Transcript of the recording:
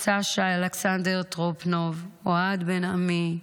סשה אלכסנדר טרופנוב, אוהד בן עמי,